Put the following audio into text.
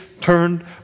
turned